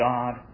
God